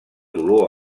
dolor